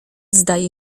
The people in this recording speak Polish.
zdaje